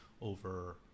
over